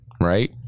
right